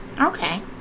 Okay